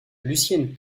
lucienne